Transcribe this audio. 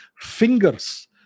Fingers